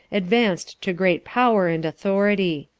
advanced to great power and authority.